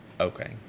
Okay